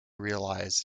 realised